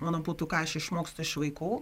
mano būtų ką aš išmokstu iš vaikų